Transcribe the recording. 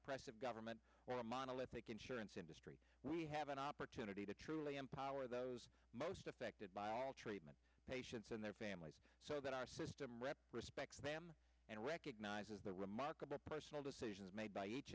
oppressive government or a monolithic insurance industry we have an opportunity to truly empower those most affected by all treatment patients and their families so that our system rep respects them and recognizes the remarkable personal decisions made by each